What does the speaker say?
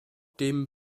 dem